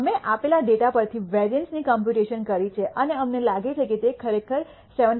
અમે આપેલા ડેટા પર થી વેરિઅન્સ ની કોમ્પ્યુટેશન કરી છે અને અમને લાગે છે કે તે ખરેખર 70